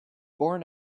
born